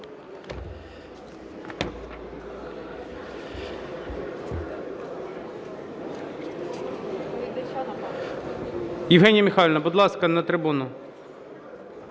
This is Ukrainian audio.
Євгенія Михайлівна, будь ласка, на трибуну.